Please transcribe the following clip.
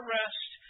rest